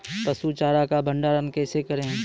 पसु चारा का भंडारण कैसे करें?